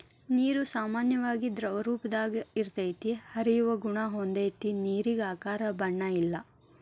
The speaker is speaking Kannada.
ನೇರು ಸಾಮಾನ್ಯವಾಗಿ ದ್ರವರೂಪದಾಗ ಇರತತಿ, ಹರಿಯುವ ಗುಣಾ ಹೊಂದೆತಿ ನೇರಿಗೆ ಆಕಾರ ಬಣ್ಣ ಇಲ್ಲಾ